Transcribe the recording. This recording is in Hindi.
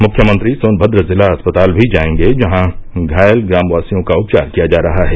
मुख्यमंत्री सोन्भद्र जिला अस्पताल भी जाएंगे जहां घायल ग्रामवासियों का उपचार किया जा रहा है